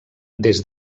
des